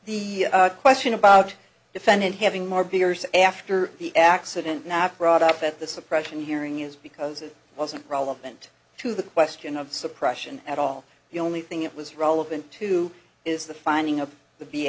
the question about defendant having more beers after the accident knapp brought up at the suppression hearing is because it wasn't relevant to the question of suppression at all the only thing it was relevant to is the finding of the